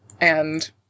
and-